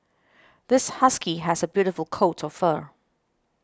this husky has a beautiful coat of fur